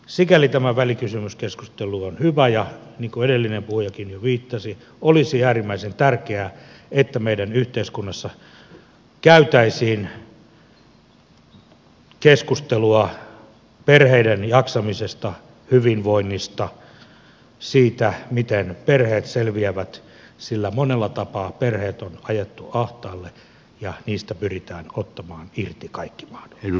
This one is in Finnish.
sikäli tämä välikysymyskeskustelu on hyvä ja niin kuin edellinen puhujakin jo viittasi olisi äärimmäisen tärkeää että meidän yhteiskunnassa käytäisiin keskustelua perheiden jaksamisesta hyvinvoinnista siitä miten perheet selviävät sillä monella tapaa perheet on ajettu ahtaalle ja niistä pyritään ottamaan irti kaikki mahdollinen